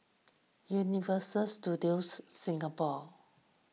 Universal Studios Singapore